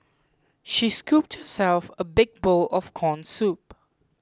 she scooped herself a big bowl of Corn Soup